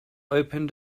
opened